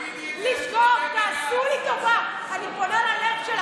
אני אתן לכם טיפ: תעשו טובה לעם ישראל,